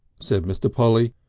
said mr. polly,